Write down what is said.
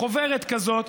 חוברת כזאת,